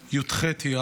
י"ח באייר,